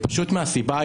וזה מהסיבה